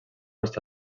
està